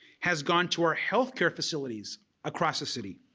has gone to our health care facilities across the city,